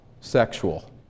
sexual